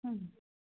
হয়